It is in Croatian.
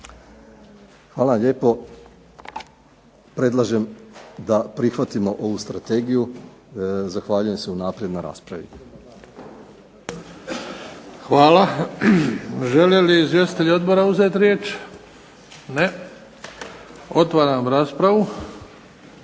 vam lijepo, predlažem da prihvatimo ovu strategiju. Zahvaljujem se unaprijed na raspravi. **Bebić, Luka (HDZ)** Hvala. Žele li izvjestitelji odbora uzeti riječ? Ne. Otvaram raspravu.